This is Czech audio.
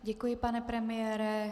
Děkuji, pane premiére.